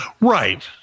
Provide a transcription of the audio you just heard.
Right